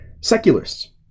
Secularists